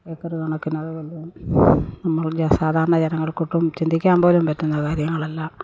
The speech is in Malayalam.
ഏക്കറുകണക്കിന് അതൊന്നും നമ്മൾ സാധാരണ ജനങ്ങൾക്ക് ഒട്ടും ചിന്തിക്കാൻ പോലും പറ്റുന്ന കാര്യങ്ങളല്ല